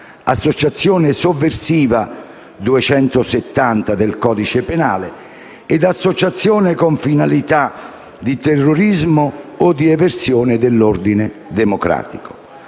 associazione sovversiva (articolo 270 del codice penale) ed associazione con finalità di terrorismo o di eversione dell'ordine democratico.